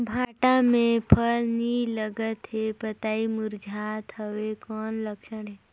भांटा मे फल नी लागत हे पतई मुरझात हवय कौन लक्षण हे?